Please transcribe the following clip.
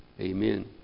Amen